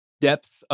depth